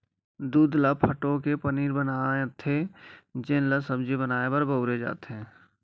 दूद ल फटो के पनीर बनाथे जेन ल सब्जी बनाए बर बउरे जाथे